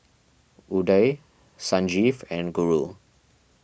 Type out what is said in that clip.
Udai Sanjeev and Guru